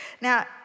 Now